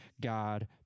God